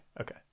okay